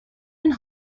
and